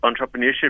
Entrepreneurship